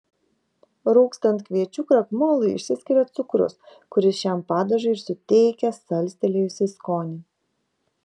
rūgstant kviečių krakmolui išsiskiria cukrus kuris šiam padažui ir suteikia salstelėjusį skonį